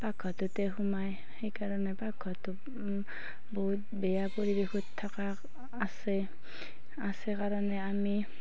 পাকঘৰটোতে সোমাই সেইকাৰণে পাকঘৰটো বহুত বেয়া পৰিৱেশত থকা আছে আছে কাৰণে আমি